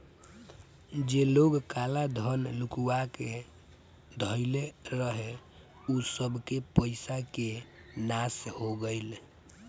जे लोग काला धन लुकुआ के धइले रहे उ सबके पईसा के नाश हो गईल